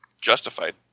justified